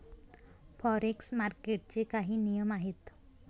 Forex मार्केटचे काही नियम आहेत का?